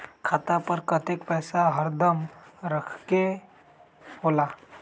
खाता पर कतेक पैसा हरदम रखखे के होला?